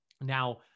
Now